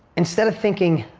instead of thinking,